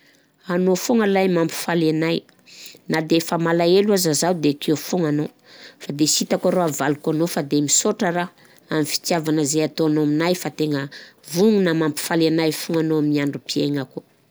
Anao foana lay mampifaly anahy. Na de fa malahelo aza zaho de akeo foana anao fa sy de hitako rô zay havaliko anao fa de misaotra raho amin'ny fitiavagna zay ataonao aminay fa tegna vognona mampifaly anahy foana anao amin'ny androm-piaignako.